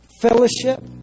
fellowship